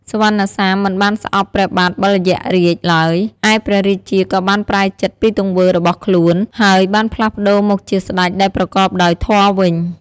សុវណ្ណសាមមិនបានស្អប់ព្រះបាទបិលយក្សរាជឡើយ ឯព្រះរាជាក៏បានប្រែចិត្តពីទង្វើរបស់ខ្លួន ហើយបានផ្លាស់ប្តូរមកជាស្តេចដែលប្រកបដោយធម៌វិញ។